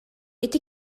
ити